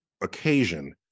occasion